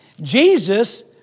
Jesus